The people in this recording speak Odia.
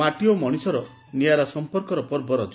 ମାଟି ଓ ମଣିଷର ନିଆରା ସମ୍ମର୍କ ପର୍ବ ରଜ